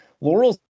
laurel's